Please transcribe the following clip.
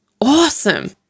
awesome